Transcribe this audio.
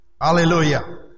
Hallelujah